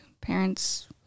parents